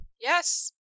yes